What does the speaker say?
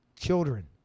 children